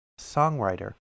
songwriter